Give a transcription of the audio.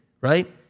right